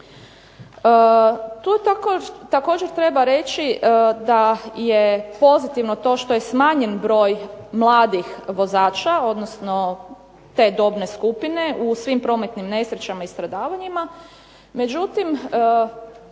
Tu također treba reći da je pozitivno to što je smanjen broj mladih vozača, odnosno te dobne skupine u svim prometnim nesrećama i stradavanjima.